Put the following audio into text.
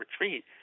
retreat